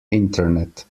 internet